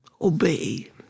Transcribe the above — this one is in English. obey